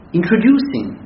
introducing